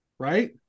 right